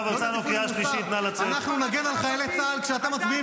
יו"ר המפלגה שלך --- הוא משיב לך על מה שאמרת.